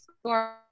score